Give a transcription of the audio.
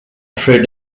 through